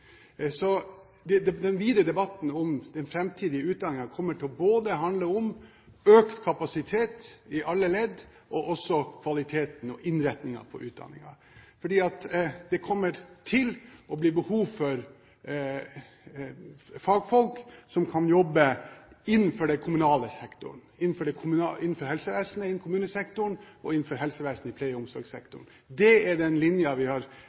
Så den videre debatten om den framtidige utdanningen kommer til å handle om økt kapasitet i alle ledd og også om kvaliteten og innretningen på utdanningen, for det kommer til å bli behov for fagfolk som kan jobbe innenfor den kommunale sektoren, innenfor helsevesenet i kommunesektoren og innenfor helsevesenet i pleie- og omsorgssektoren. Det er den linjen vi har